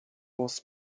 was